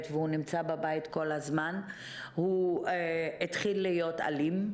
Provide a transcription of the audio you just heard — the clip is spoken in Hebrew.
והוא נמצא בבית כל הזמן הוא התחיל להיות אלים,